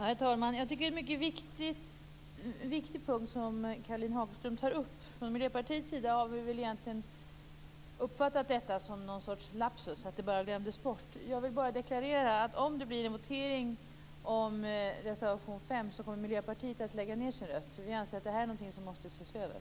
Herr talman! Jag tycker att det är en mycket viktig punkt som Caroline Hagström tar upp. Vi i Miljöpartiet har uppfattat detta som någon sorts lapsus, att det bara glömdes bort. Jag vill bara deklarera att om det blir en votering om reservation 5 kommer vi i Miljöpartiet att lägga ned våra röster, eftersom vi anser att detta är något som måste ses över.